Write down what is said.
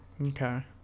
okay